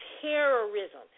terrorism